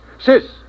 Sis